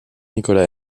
nicolas